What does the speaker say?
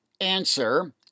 Answer